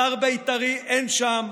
הדר בית"רי אין שם.